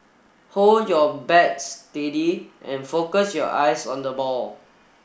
hold your bat steady and focus your eyes on the ball